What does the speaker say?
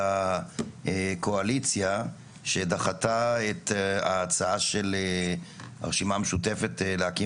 הקואליציה שדחתה את ההצעה של הרשימה המשותפת להקים